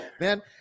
man